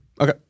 Okay